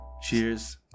Cheers